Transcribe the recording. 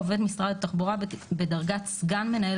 או עובד משרד התחבורה בדרגת סגן מנהל